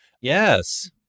Yes